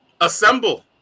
Assemble